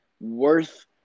worth